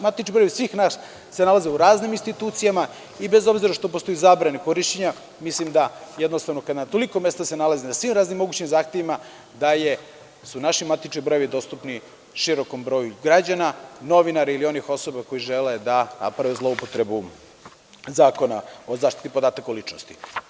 Matični brojevi svih nas se nalaze u raznim institucijama i bez obzira što postoji zabrana korišćenja, mislim da kada na toliko mesta se nalazi, na svim, raznim, mogućim zahtevima, da su naši matični brojevi dostupni širokom broju građana, novinara ili onih osoba koje žele da naprave zloupotrebu Zakona o zaštiti podataka o ličnosti.